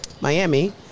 Miami